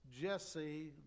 Jesse